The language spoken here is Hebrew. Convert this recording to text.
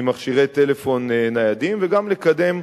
ממכשירי טלפון ניידים, וגם בקידום